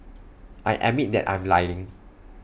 I admit that I am lying